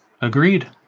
Agreed